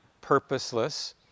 purposeless